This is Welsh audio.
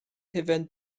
hufen